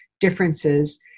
differences